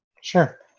Sure